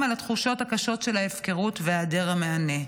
על התחושות הקשות של ההפקרות והיעדר המענה.